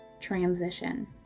transition